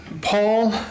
Paul